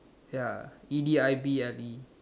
ya E D I B L E